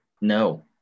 No